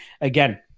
again